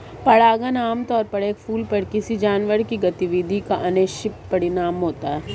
परागण आमतौर पर एक फूल पर किसी जानवर की गतिविधि का अनपेक्षित परिणाम होता है